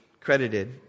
credited